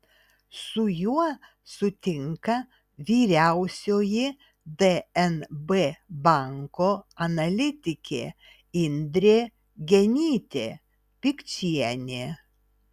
su juo sutinka vyriausioji dnb banko analitikė indrė genytė pikčienė